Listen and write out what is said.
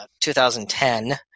2010